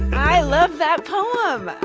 i love that poem i